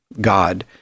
God